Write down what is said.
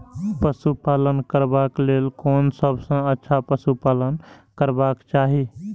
पशु पालन करबाक लेल कोन सबसँ अच्छा पशु पालन करबाक चाही?